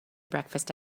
breakfast